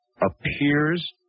appears